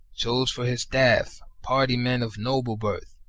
chose for his staff party men of noble birth,